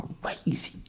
crazy